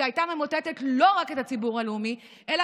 שהייתה ממוטטת לא רק את הציבור הלאומי אלא